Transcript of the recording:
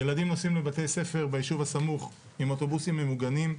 ילדים נוסעים לבתי ספר ביישוב הסמוך עם אוטובוסים ממוגנים.